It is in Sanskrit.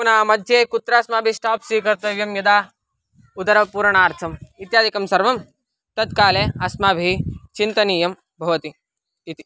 पुनः मध्ये कुत्र अस्माभिः स्टाप् स्वीकर्तव्यं यदा उदरपूरणार्थम् इत्यादिकं सर्वं तत्काले अस्माभिः चिन्तनीयं भवति इति